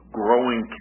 growing